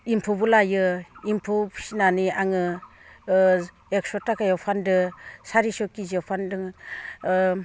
एम्फौबो लायो एम्फौ फिसिनानै आङो एकस' ताकायाव फान्दों सारिस' केजियाव फान्दों